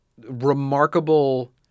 remarkable